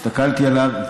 הסתכלתי עליו,